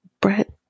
Brett